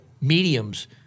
mediums